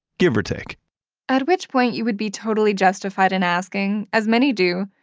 give or take at which point, you would be totally justified in asking, as many do,